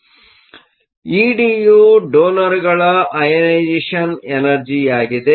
ಆದ್ದರಿಂದ ಇಡಿಯು ಡೋನರ್ಗಳ ಅಐನೇಸೆಷ಼ನ್ ಎನರ್ಜಿಯಾಗಿದೆ